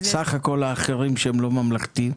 סך הכול האחרים שהם לא ממלכתי?